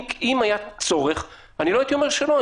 אם היה צורך לא הייתי אומר שלא,